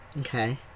Okay